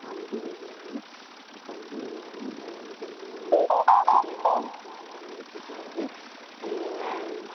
pump വഴിയാണ് pump വഴിയാണ് ജെ ചെടികൾക്ക് വെള്ളം എത്തിക്കുന്നത്